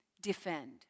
defend